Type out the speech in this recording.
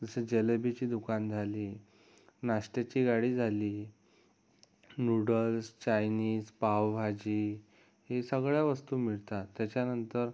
जसं जिलेबीची दुकान झाली नाष्ट्याची गाडी झाली नूडल्स चायनीज पावभाजी हे सगळ्या वस्तू मिळतात त्याच्यानंतर